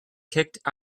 kicked